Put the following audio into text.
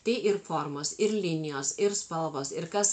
tai ir formos ir linijos ir spalvos ir kas